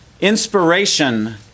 inspiration